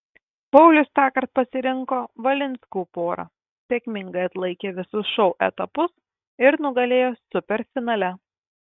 paulius tąkart pasirinko valinskų porą sėkmingai atlaikė visus šou etapus ir nugalėjo superfinale